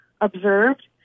observed